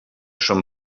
són